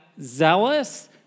zealous